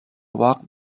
walked